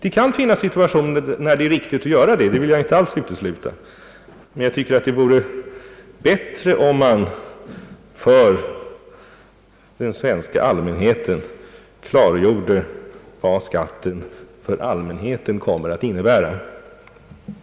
Jag vill inte alls utesluta att det kan finnas situationer där någonting sådant är motiverat, men jag tycker att det vore bättre om man klargjorde för den svenska allmänheten vad skatten kommer att innebära för folket.